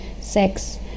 six